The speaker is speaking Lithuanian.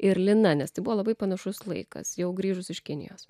ir lina nes tai buvo labai panašus laikas jau grįžus iš kinijos